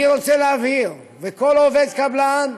אני רוצה להבהיר, וכל עובד קבלן,